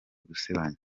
gusebanya